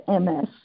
MS